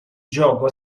gioco